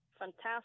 fantastic